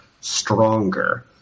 stronger